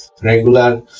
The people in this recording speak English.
Regular